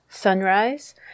Sunrise